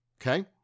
okay